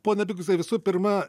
ponia biguzai visų pirma